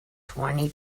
twenty